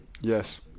Yes